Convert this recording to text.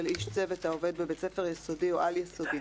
איש צוות העובד בבית ספר יסודי או על-יסודי,